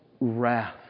wrath